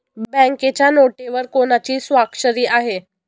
बँकेच्या नोटेवर कोणाची स्वाक्षरी आहे?